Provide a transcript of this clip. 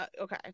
okay